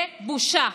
זה בושה.